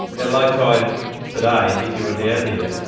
at low tide today, if you were down here,